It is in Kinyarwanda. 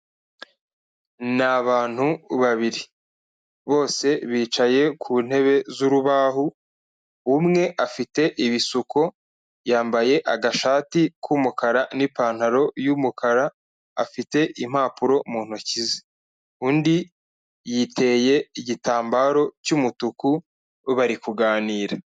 Ni abantu babiri, bose bicaye ku ntebe z'urubaho, umwe afite ibisuko yambaye agashati k'umukara n'ipantaro y'umukara afite impapuro mu ntoki ze, undi yiteye igitambaro cy'umutuku bari kuganira.